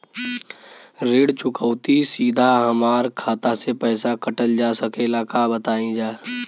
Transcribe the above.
ऋण चुकौती सीधा हमार खाता से पैसा कटल जा सकेला का बताई जा?